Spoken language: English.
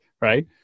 right